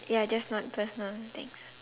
ya just not personal things